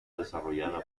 desarrollada